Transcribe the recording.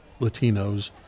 Latinos